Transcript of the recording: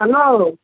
hello